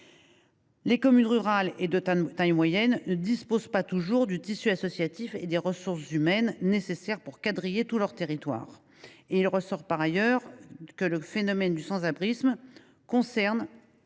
les communes rurales et de taille moyenne ne disposent pas toujours du tissu associatif et des ressources humaines nécessaires pour quadriller tout leur territoire. En outre, il appert que le phénomène du sans abrisme concerne